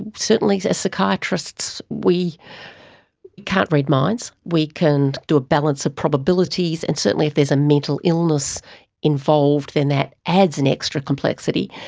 certainly as psychiatrists we can't read minds. we can do a balance of probabilities, and certainly if there is a mental illness involved then that adds an extra complexity.